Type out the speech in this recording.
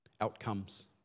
outcomes